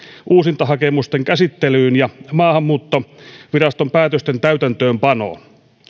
uusintahakemusten käsittelyyn ja maahanmuuttoviraston päätösten täytäntöönpanoon